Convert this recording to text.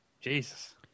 Jesus